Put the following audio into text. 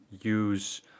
use